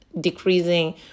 decreasing